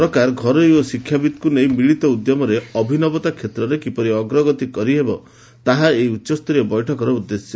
ସରକାର ଘରୋଇ ଓ ଶିକ୍ଷାବିତ୍ଙ୍କୁ ନେଇ ମିଳିତ ଉଦ୍ୟମରେ ଅଭିନବତା କ୍ଷେତ୍ରରେ କିପରି ଅଗ୍ରଗତି କରିହେବ ତାହା ଏହି ଉଚ୍ଚସ୍ତରୀୟ ବୈଠକର ଉଦ୍ଦେଶ୍ୟ